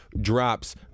drops